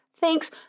thanks